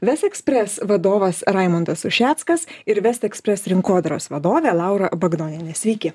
ves ekspres vadovas raimundas ušiackas ir vest ekspres rinkodaros vadovė laura bagdonienė sveiki